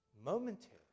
momentary